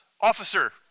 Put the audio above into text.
officer